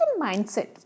mindset